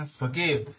forgive